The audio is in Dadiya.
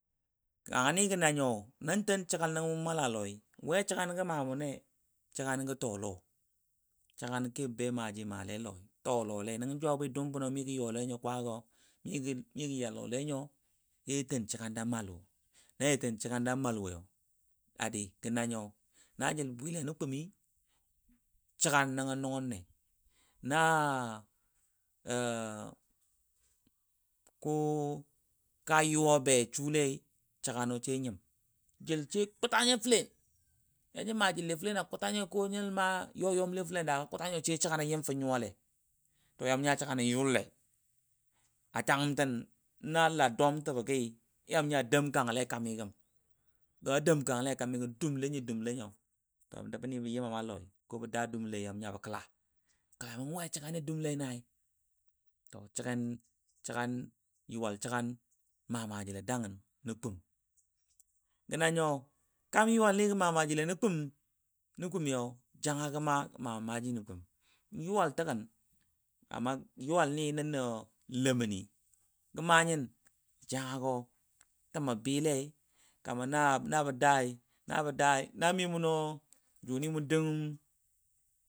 Kanga nɨ gə nanyo nan ten səgan mʊ mal mʊ mala lɔi n we səganɔ gə ma mun nai, səganɔ gə too lɔsəganɔ kebo be maaji male lɔi ju a bwi tetəlam bənɔ mi ja ya lɔ le nyo, ya ja sa səgano sə ja tɛn ja mal wo, la ja ten səgano ja mal woi adi gə nanyo na jil bwile nən kʊmi səgano nəngo nʊnəng nai, na ko ka yuwa be sulei səgano she nyim tʊn kʊta naja ma jəlle fəlen akʊta nyo sai səgana nyim, to yamʊ nya səgano yʊl le a tanəm təm la dɔm tebə gɨɨ na dəm kale a kami gɔ gəm dʊmle nyo dʊmle nyo, to nəbni bə yəba ma lɔi ko bə daa dʊm le yamʊ nya bə kəla kena we nə kai səgan yuwai səgan ma maji le dangən. Gə nanyo kam yuwal ni gə mamaji le nən kʊmi janga ma mamaji le amma yuwal ni nən nə lenəni, gə ma nyin janga go kamar na təmɔ sel lai na bə dai na bə dai na mi munə juni mʊ dəngəm.